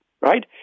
right